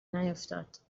نیفتاد